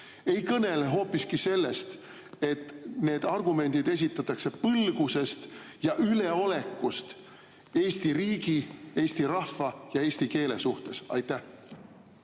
ei kõnele hoopiski sellest, et need argumendid esitatakse põlgusest ja üleolekust Eesti riigi, eesti rahva ja eesti keele suhtes? Aitäh,